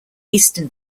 eastern